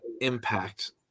impact